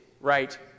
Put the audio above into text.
right